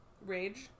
rage